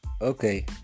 Okay